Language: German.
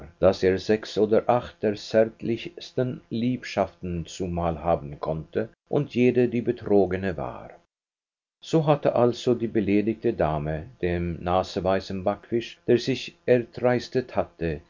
daß er sechs oder acht der zärtlichsten liebschaften zumal haben konnte und jede die betrogene war so hatte also die beleidigte dame dem naseweisen backfisch der sich erdreistet hatte